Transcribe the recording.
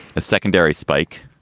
a secondary spike